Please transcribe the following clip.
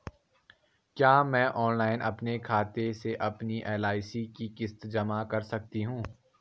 क्या मैं ऑनलाइन अपने खाते से अपनी एल.आई.सी की किश्त जमा कर सकती हूँ?